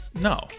No